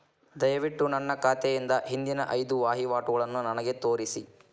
ದಯವಿಟ್ಟು ನನ್ನ ಖಾತೆಯಿಂದ ಹಿಂದಿನ ಐದು ವಹಿವಾಟುಗಳನ್ನು ನನಗೆ ತೋರಿಸಿ